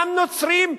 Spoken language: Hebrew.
גם נוצרים,